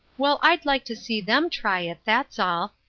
well, i'd like to see them try it, that's all.